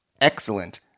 excellent